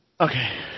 Okay